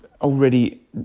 already